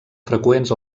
freqüents